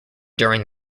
during